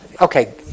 okay